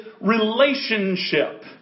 relationship